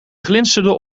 glinsterden